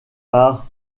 par